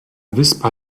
wyspa